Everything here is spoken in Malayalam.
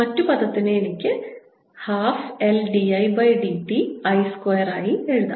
മറ്റു പദത്തിനെ എനിക്ക് 12 L d Id t I square ആയി എഴുതാം